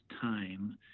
time